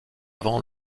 avant